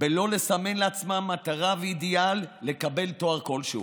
בלא לסמן לעצמם מטרה ואידיאל לקבל תואר כלשהו.